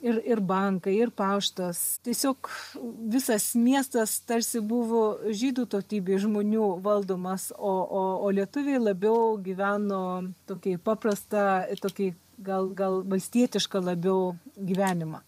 ir ir bankai ir paštas tiesiog visas miestas tarsi buvo žydų tautybės žmonių valdomas o o o lietuviai labiau gyveno tokį paprastą tokį gal gal valstietišką labiau gyvenimą